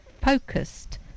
focused